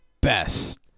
best